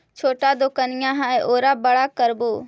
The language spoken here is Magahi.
छोटा दोकनिया है ओरा बड़ा करवै?